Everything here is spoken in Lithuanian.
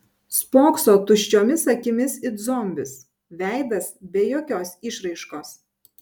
spokso tuščiomis akimis it zombis veidas be jokios išraiškos